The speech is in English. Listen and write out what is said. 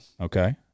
Okay